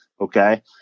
Okay